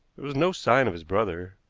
there was no sign of his brother,